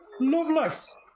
Loveless